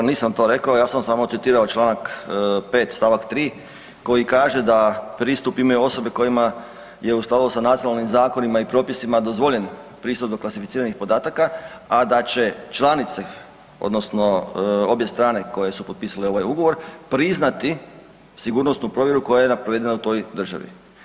Da, nisam to rekao, ja sam samo citirao čl. 5. st. 3. koji kaže da pristup imaju osobe kojima je u skladu sa nacionalnim zakonima i propisima dozvoljen pristup do klasificiranih podataka, a da će članice odnosno obje strane koje su potpisale ovaj ugovor priznati sigurnosnu provjeru koja je provedena u toj državi.